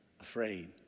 afraid